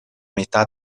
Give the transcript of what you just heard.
metà